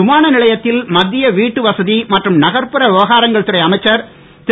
விமான நிலையத்தில் மத்திய வீட்டு வசதி மற்றும் நகர்ப்புற விவகாரங்கள் துறை அமைச்சர் திரு